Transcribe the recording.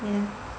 yeah